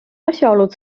asjaolud